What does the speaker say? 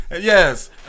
Yes